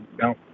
no